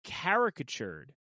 caricatured